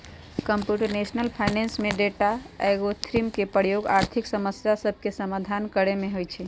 computational finance में data, algorithm के प्रयोग आर्थिक समस्या सभके समाधान करे में होइ छै